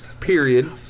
Period